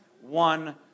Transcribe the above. one